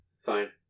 Fine